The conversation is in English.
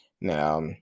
Now